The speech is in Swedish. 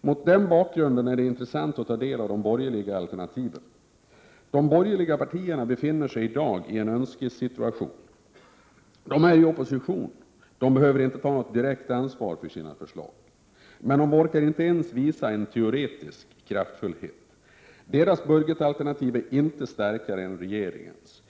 Mot denna bakgrund är det intressant att ta del av de borgerliga alternativen. De borgerliga partierna befinner sig i dag i en önskesituation. De är i opposition och behöver inte ta något direkt ansvar för sina förslag. Men de orkar inte ens visa en teoretisk kraftfullhet. Deras budgetalternativ är inte starkare än regeringens.